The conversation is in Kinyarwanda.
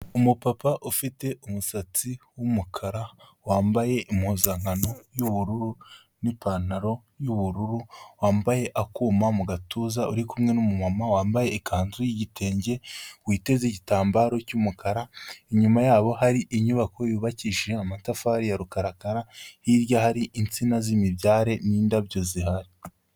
Umupapa ufite umusatsi w'umukara wambaye impuzankano y'ubururu n'ipantaro y'ubururu, wambaye akuma mu gatuza uri kumwe n'umumama wambaye ikanzu y'igitenge witeze igitambaro cy'umukara, inyuma yabo hari inyubako yubakishije amatafari ya rukarakara, hirya hari insina z'imibyare n'indabyo zihari.